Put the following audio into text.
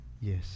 Yes